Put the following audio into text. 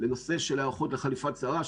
לנושא של היערכות ל"חליפת סערה",